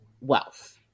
wealth